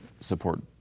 support